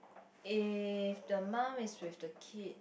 if the mum is with the kid